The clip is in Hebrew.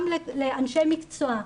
גם לאנשי מקצוע,